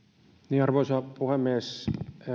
arvoisa puhemies